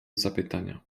zapytania